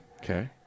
Okay